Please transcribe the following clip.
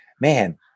man